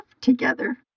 together